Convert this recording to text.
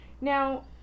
now